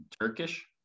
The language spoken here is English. Turkish